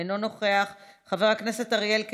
אינו נוכח, חבר הכנסת אריאל קלנר,